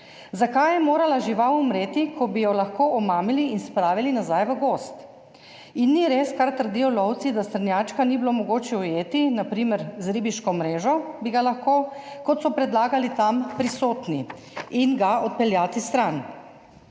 Zakaj je morala žival umreti, ko bi jo lahko omamili in spravili nazaj v gozd? In ni res, kar trdijo lovci, da srnjačka ni bilo mogoče ujeti, na primer lahko bi ga ujeli z ribiško mrežo, kot so predlagali tam prisotni, in ga odpeljali stran.